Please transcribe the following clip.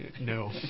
No